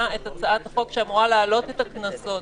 הצעת חוק שאמורה להעלות את הקנסות.